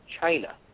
China